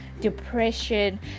depression